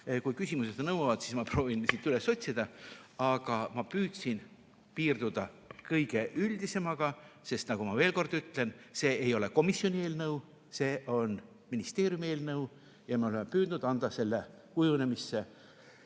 Kui küsimused nõuavad, siis ma proovin siit seda üles otsida, aga ma püüdsin piirduda kõige üldisemaga. Ma veel kord ütlen, et see ei ole komisjoni eelnõu, see on ministeeriumi eelnõu ja me oleme püüdnud anda selle kujunemise